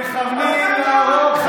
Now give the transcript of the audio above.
מכוונים להרוג חפים מפשע,